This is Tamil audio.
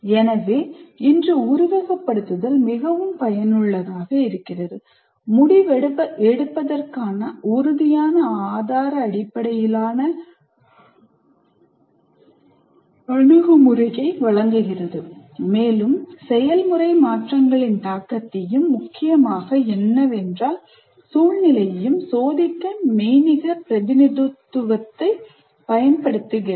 எனவே இன்று உருவகப்படுத்துதல் மிகவும் பயனுள்ளதாக இருக்கிறது முடிவெடுப்பதற்கான உறுதியான ஆதார அடிப்படையிலான அணுகுமுறையை வழங்குகிறது மேலும் செயல்முறை மாற்றங்களின் தாக்கத்தையும் முக்கியமாக 'இது என்றால் என்ன' சூழ்நிலையையும் சோதிக்க மெய்நிகர் பிரதிநிதித்துவத்தைப் பயன்படுத்துகிறது